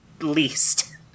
least